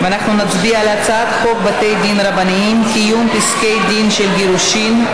אנחנו נצביע על הצעת חוק בתי דין רבניים (קיום פסקי דין של גירושין)